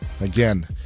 again